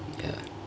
ya